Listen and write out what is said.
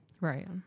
Right